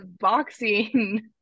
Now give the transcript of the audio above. boxing